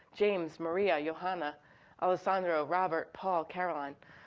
james, maria, joanna, alessandro, robert, paul, caroline.